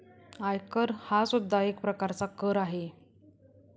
आयकर हा सुद्धा एक प्रकारचा कर आहे